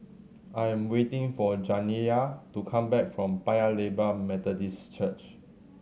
I am waiting for Janiya to come back from Paya Lebar Methodist Church